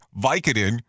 Vicodin